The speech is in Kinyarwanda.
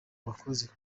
bakozi